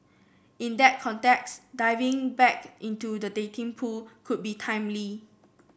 in that context diving back into the dating pool could be timely